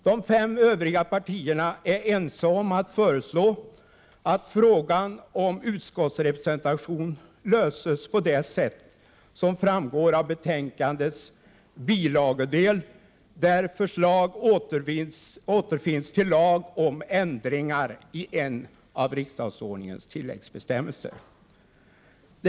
De fem övriga partierna är ense om att föreslå att frågan om utskottsrepresentation löses på det sätt som framgår av betänkandets bilagedel, där förslag till lag om ändring i en av riksdagsordningens tilläggsbestämmelser återfinns.